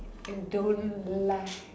don't lie